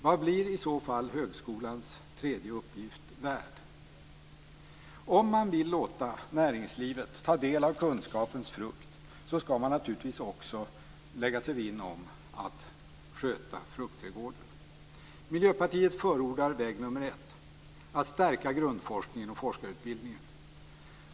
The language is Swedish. Vad blir i så fall högskolans tredje uppgift värd? Om man vill låta näringslivet ta del av kunskapens frukt skall man naturligtvis också lägga sig vinn om att sköta fruktträdgården. Miljöpartiet förordar väg nummer ett, nämligen att stärka grundforskningen och forskarutbildningen.